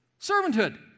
Servanthood